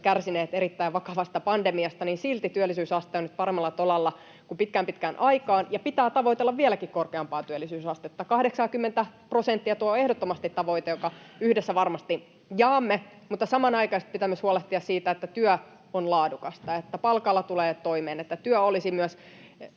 kärsineet erittäin vakavasta pandemiasta, niin silti työllisyysaste on nyt paremmalla tolalla kuin pitkään pitkään aikaan, ja pitää tavoitella vieläkin korkeampaa työllisyysastetta, 80:tä prosenttia — tuo on ehdottomasti tavoite, jonka yhdessä varmasti jaamme. Samanaikaisesti pitää myös huolehtia siitä, että työ on laadukasta, että palkalla tulee toimeen, että työ olisi myös